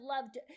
loved